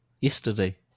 Yesterday